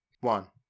One